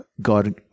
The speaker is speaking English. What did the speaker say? God